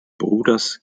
bruders